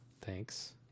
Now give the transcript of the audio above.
Thanks